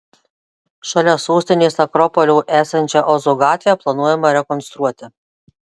šalia sostinės akropolio esančią ozo gatvę planuojama rekonstruoti